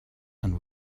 and